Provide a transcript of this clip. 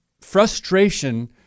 frustration